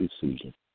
decision